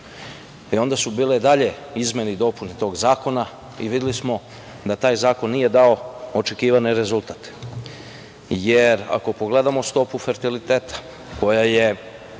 Onda su bile dalje izmene i dopune tog zakona i videli smo da taj zakon nije dao očekivani rezultat. Ako pogledamo stopu fertiliteta koja je